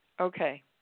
Okay